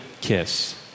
kiss